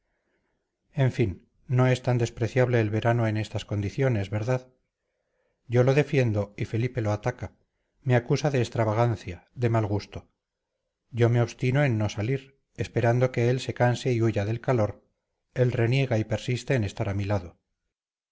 en fin no es tan despreciable el verano en estas condiciones verdad yo lo defiendo y felipe lo ataca me acusa de extravagancia de mal gusto yo me obstino en no salir esperando que él se canse y huya del calor él reniega y persiste en estar a mi lado